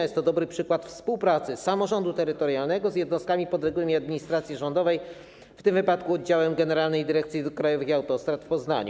Jest to dobry przykład współpracy samorządu terytorialnego z jednostkami podległymi administracji rządowej, w tym przypadku z oddziałem Generalnej Dyrekcji Dróg Krajowych i Autostrad w Poznaniu.